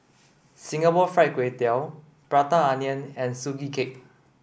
Singapore Fried Kway Tiao Prata Onion and Sugee Cake